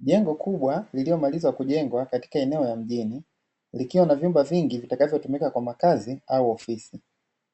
Jengo kubwa lililomalizwa kujengwa katika eneo la mjini, likiwa na vyumba vingi vitakavyotumika kwa makazi au ofisi.